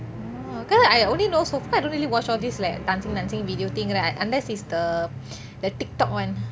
because I only know so~ I don't really watch all this like dancing dancing video thing right unless is the the Tik Tok [one] because